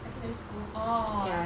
secondary school orh